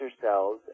cells